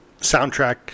soundtrack